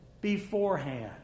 Beforehand